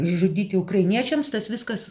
žudyti ukrainiečiams tas viskas